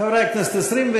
חוק שירות הביטחון הכללי (תיקון מס' 2)